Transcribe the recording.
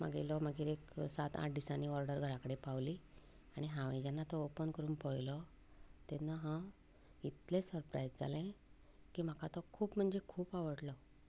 मागयलो मागीर एक सात आठ दिसांनी ऑर्डर घरा कडेन पावयली आनी हांवें जेन्ना तो ओपन करून पळयलो तेन्ना हांव इतलें सर्परायझ जालें की म्हाका तो खूब म्हणजे खूब आवडलो